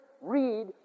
read